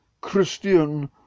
Christian